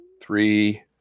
three